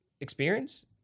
experience